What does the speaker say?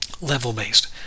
level-based